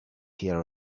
hear